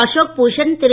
Ashok Bhushan Thiru